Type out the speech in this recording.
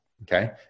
okay